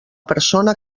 persona